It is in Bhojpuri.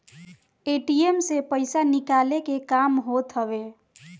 ए.टी.एम से पईसा निकाले के काम होत हवे